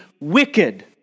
wicked